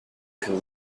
can